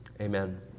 Amen